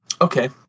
Okay